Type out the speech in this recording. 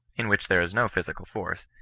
in which there is no physical force,